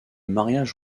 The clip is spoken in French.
mariage